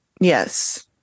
Yes